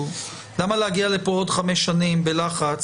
למה להגיע לפה עוד חמש שנים בלחץ